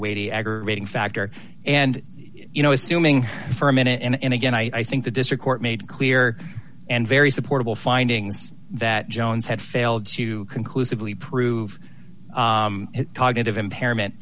weighty aggravating factor and you know assuming for a minute and again i think the district court made clear and very supportable findings that jones had failed to conclusively prove cognitive impairment